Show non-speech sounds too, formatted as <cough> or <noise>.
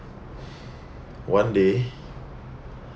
<breath> one day